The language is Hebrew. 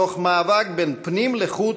תוך מאבק בין פנים לחוץ,